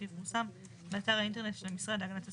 שיפורסם באתר האינטרנט של המשרד להגנת הסביבה.